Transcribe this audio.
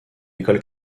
école